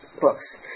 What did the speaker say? books